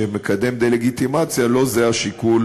שמקדם דה-לגיטימציה, לא זה השיקול